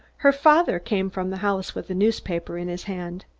her father came from the house with a newspaper in his hand.